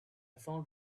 found